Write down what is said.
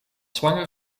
zwanger